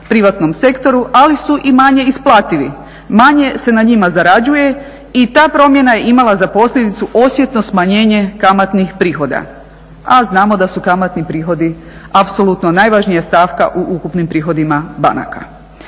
privatnom sektoru, ali su i manje isplativi, manje se na njima zarađuje i ta promjena je imala za posljedicu osjetno smanjenje kamatnih prihoda, a znamo da su kamatni prihodi apsolutno najvažnija stavka u ukupnim prihodima banaka.